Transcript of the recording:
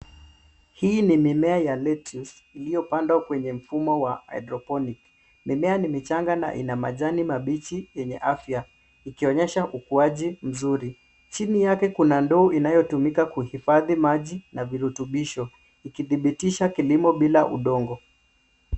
Hiini mimea wa lettuce iliyopandwa kwa mfumo wa hydrophonic .Mimea ni michanga yenye majani mabichi yenye afya ikionyesha ukuaji mzuri. Chini yake kuna ndoo inayotumika kuhifadhi maji na virutubisho ikithibitisha kilimo bila udongo.